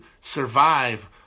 survive